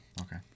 okay